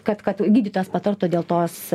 kad kad gydytojas patartų dėl tos